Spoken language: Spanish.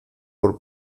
por